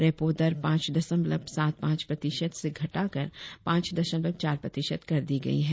repo दर पांच दशमलव सात पांच प्रतिशत से घटाकर पांच दशमलव चार प्रतिशत कर दी गई है